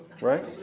Right